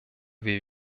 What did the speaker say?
wir